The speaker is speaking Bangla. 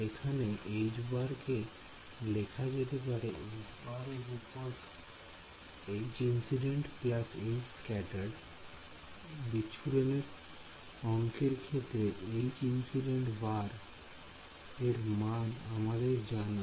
এইখানে কে লেখা যেতে পারে বিচ্ছুরণের অংকের ক্ষেত্রে এর মান আমাদের জানা